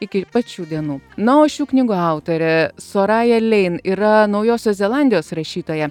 iki pat šių dienų na o šių knygų autorė soraja lein yra naujosios zelandijos rašytoja